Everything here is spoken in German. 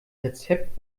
rezept